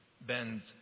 bends